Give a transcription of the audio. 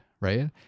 right